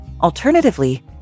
Alternatively